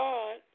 God